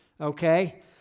Okay